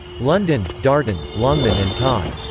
london darton, longman and todd.